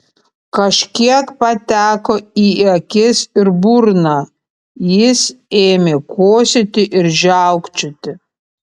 kažkiek pateko į akis ir burną jis ėmė kosėti ir žiaukčioti